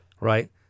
right